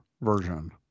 version